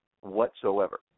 whatsoever